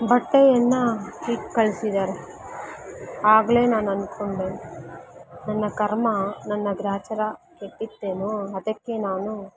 ಬಟ್ಟೆಯನ್ನು ಇಟ್ಟು ಕಳಿಸಿದಾರೆ ಆಗಲೇ ನಾನು ಅನ್ಕೊಂಡೆ ನನ್ನ ಕರ್ಮ ನನ್ನ ಗ್ರಹಚಾರ ಕೆಟ್ಟಿತ್ತೇನೋ ಅದಕ್ಕೆ ನಾನು